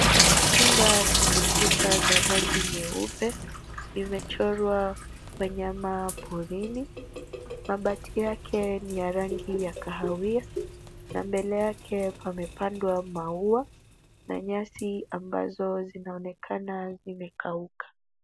Chumba chenye kuta za rangi nyeupe, zimechorwa wanyama porini. Mabati yake ni ya rangi ya kahawia, na mbele yake pamepandwa maua na nyasi ambazo zinaonekana zimekauka.